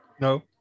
No